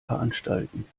veranstalten